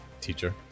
teacher